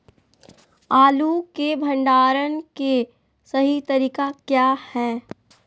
आलू के भंडारण के सही तरीका क्या है?